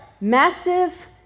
massive